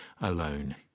alone